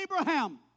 Abraham